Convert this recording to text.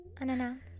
Unannounced